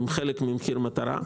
אתם כמובן חלק משמעותי ממחיר מטרה.